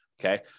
Okay